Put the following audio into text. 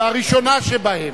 והראשונה שבהן: